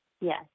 Yes